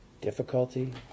difficulty